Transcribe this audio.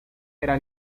era